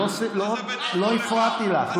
מה, אתה מדבר אליי ואני לא אענה לך?